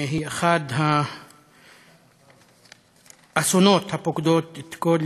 הן אחד האסונות הפוקדים את כל